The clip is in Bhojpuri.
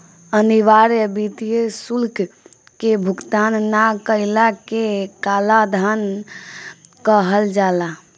अनिवार्य वित्तीय शुल्क के भुगतान ना कईला के कालाधान कहल जाला